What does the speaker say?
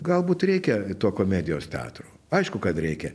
galbūt reikia to komedijos teatro aišku kad reikia